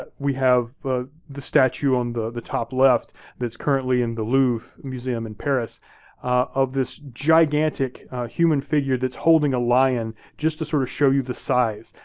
but we have the the statue on the the top left that's currently in the louvre museum in paris of this gigantic human figure that's holding a lion just to sort of show you the size.